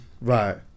Right